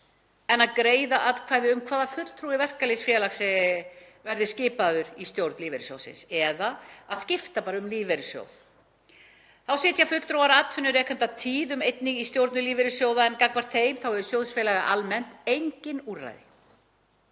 en að greiða atkvæði um hvaða fulltrúi verkalýðsfélags verði skipaður í stjórn lífeyrissjóðsins eða skipta um lífeyrissjóð. Þá sitja fulltrúar atvinnurekenda tíðum einnig í stjórnum lífeyrissjóða en gagnvart þeim hefur sjóðfélagi almennt engin úrræði.